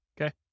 Okay